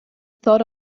thought